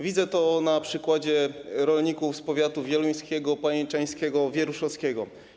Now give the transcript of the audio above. Widzę to na przykładzie rolników z powiatów wieluńskiego, pajęczańskiego, wieruszowskiego.